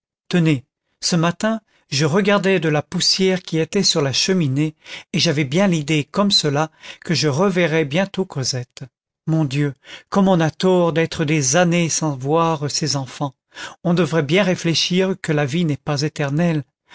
tenez ce matin je regardais de la poussière qui était sur la cheminée et j'avais bien l'idée comme cela que je reverrais bientôt cosette mon dieu comme on a tort d'être des années sans voir ses enfants on devrait bien réfléchir que la vie n'est pas éternelle